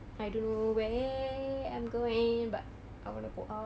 I don't know where I'm going but I want to go out